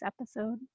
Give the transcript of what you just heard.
episode